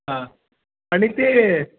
हां आणि ती